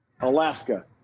Alaska